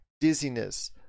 dizziness